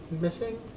missing